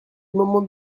moment